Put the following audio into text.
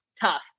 tough